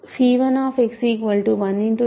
1 1